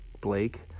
Blake